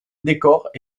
décors